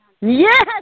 yes